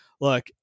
look